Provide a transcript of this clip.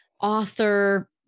author